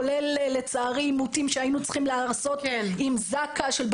כולל לצערי עימותים שהיינו צריכים לעשות עם זק"א לגבי